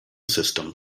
system